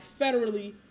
federally